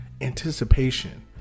Anticipation